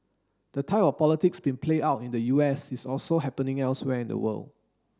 the type of politics being played out in the U S is also happening elsewhere in the world